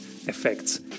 effects